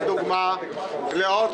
עכשיו, מה העניין?